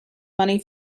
money